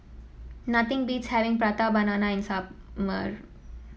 nothing beats having Prata Banana in